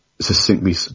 succinctly